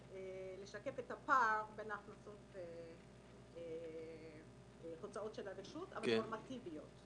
לשקף את הפער בין ההכנסות להוצאות הנורמטיביות של הרשות.